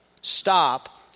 Stop